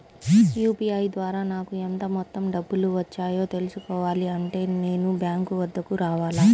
UPI ద్వారా నాకు ఎంత మొత్తం డబ్బులు వచ్చాయో తెలుసుకోవాలి అంటే నేను బ్యాంక్ వద్దకు రావాలా?